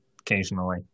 occasionally